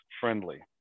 friendly